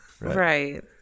Right